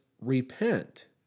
repent